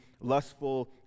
lustful